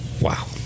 Wow